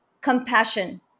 compassion